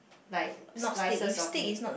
like slices of meat